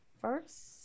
first